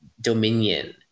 dominion